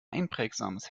einprägsames